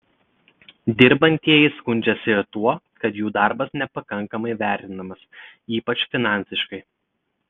dirbantieji skundžiasi ir tuo kad jų darbas nepakankamai vertinamas ypač finansiškai